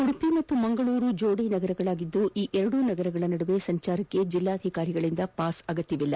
ಉದುಪಿ ಮತ್ತು ಮಂಗಳೂರು ಜೋಡಿ ನಗರಗಳಾಗಿದ್ದು ಈ ಎರಡೂ ನಗರಗಳ ನಡುವೆ ಸಂಚಾರಕ್ಕೆ ಜಿಲ್ಲಾಧಿಕಾರಿಗಳಿಂದ ಪಾಸ್ ಅಗತ್ಯವಿಲ್ಲ